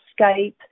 Skype